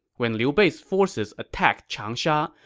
when liu bei's forces attacked changsha,